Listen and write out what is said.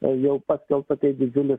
o jau paskelbta didžiulis